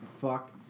Fuck